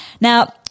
Now